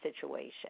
situation